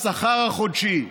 השכר החודשי",